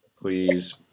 Please